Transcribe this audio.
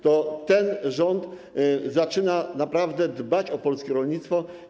To ten rząd zaczyna naprawdę dbać o polskie rolnictwo.